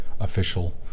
official